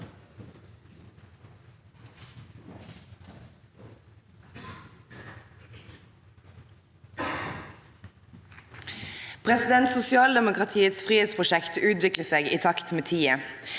Sosialdemokra- tiets frihetsprosjekt utvikler seg i takt med tiden.